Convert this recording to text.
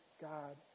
God